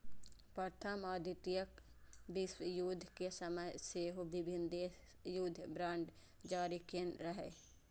प्रथम आ द्वितीय विश्वयुद्ध के समय सेहो विभिन्न देश युद्ध बांड जारी केने रहै